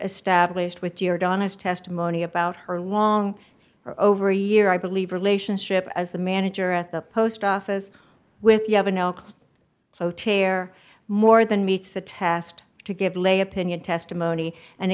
as stablished with your donna's testimony about her long for over a year i believe relationship as the manager at the post office with you have an elk so tear more than meets the test to give lay opinion testimony and